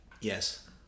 Yes